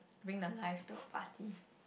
bring the life to a party